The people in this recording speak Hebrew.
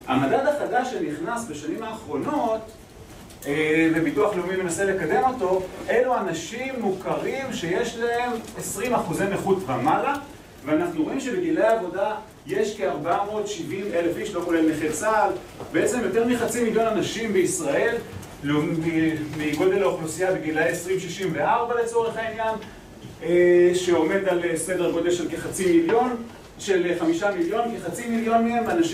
.המדד החדש שנכנס בשנים האחרונות ,וביטוח לאומי מנסה לקדם אותו ,אלו האנשים מוכרים שיש להם 20 אחוזי נכות ומעלה ,ואנחנו רואים שבגילי העבודה ,יש כ-470 אלף איש ,לא כולל נעי צה"ל ,בעצם יותר מחצי מיליון אנשים בישראל ,מגודל האוכלוסייה בגילה 20-64 לצורך העניין ,שעומד על סדר גודל של כ-חצי מיליון ,של חמישה מיליון ,כ-חצי מיליון מהם